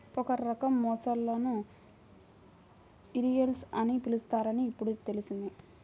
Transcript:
ఒక రకం మొసళ్ళను ఘరియల్స్ అని పిలుస్తారని ఇప్పుడే తెల్సింది